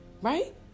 Right